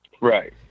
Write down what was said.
Right